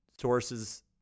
sources